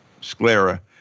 sclera